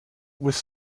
with